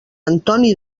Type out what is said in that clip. antoni